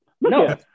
No